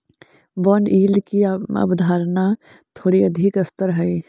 bond yield की अवधारणा थोड़ी अधिक स्तर हई